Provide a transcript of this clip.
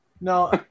No